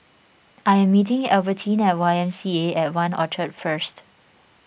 I am meeting Albertine at Y M C A at one Orchard first